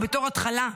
ובתור התחלה,